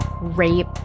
rape